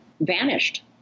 vanished